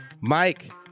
Mike